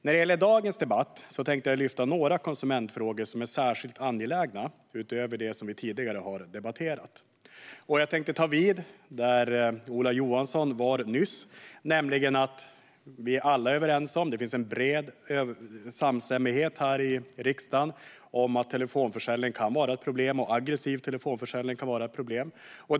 I dagens debatt tänkte jag lyfta några konsumentfrågor som är särskilt angelägna, utöver det som vi tidigare har debatterat. Jag tänkte ta vid där Ola Johansson var nyss. Det finns en bred samstämmighet i riksdagen om att telefonförsäljning kan vara ett problem och att aggressiv telefonförsäljning kan vara ett problem.